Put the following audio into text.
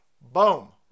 boom